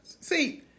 See